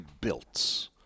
built